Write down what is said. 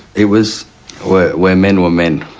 it was where where men were men,